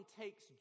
takes